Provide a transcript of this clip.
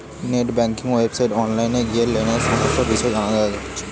net banking ওয়েবসাইটে online গিয়ে লোনের সমস্ত বিষয় জানা যাচ্ছে